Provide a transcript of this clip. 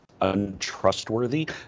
untrustworthy